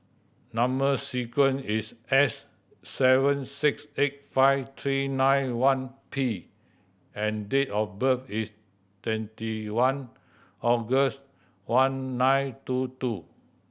number sequence is S seven six eight five three nine one P and date of birth is twenty one August one nine two two